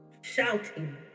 shouting